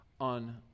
on